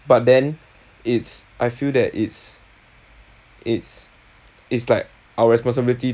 but then it's I feel that it's it's it's like our responsibility